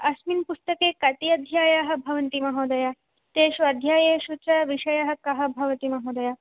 अस्मिन् पुस्तके कति अध्यायाः भवन्ति महोदय तेषु अध्यायेषु च विषयः कः भवति महोदय